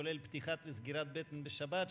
כולל פתיחת וסגירת בטן בשבת,